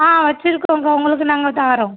ஆ வச்சுருக்கோம்க்கா உங்களுக்கு நாங்கள் தரோம்